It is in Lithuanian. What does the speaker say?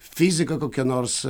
fizika kokia nors